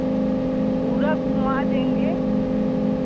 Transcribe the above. पूरा घुमवा देंगे